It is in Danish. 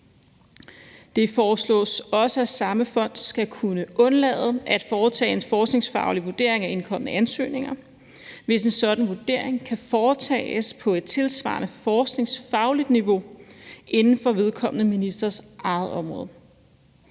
Det foreslås også, at samme fond skal kunne undlade at foretage en forskningsfaglig vurdering af indkomne ansøgninger, hvis en sådan vurdering kan foretages på et tilsvarende forskningsfagligt niveau inden for vedkommende ministers eget område.